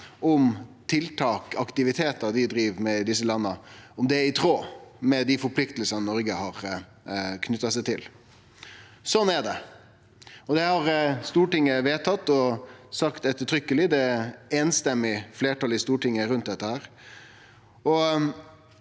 om tiltak og aktivitetar dei driv med i desse landa, er i tråd med dei forpliktingane Noreg har knytt seg til. Sånn er det, og det har Stortinget vedtatt og sagt ettertrykkeleg. Det er einstemmig fleirtal i Stortinget rundt dette.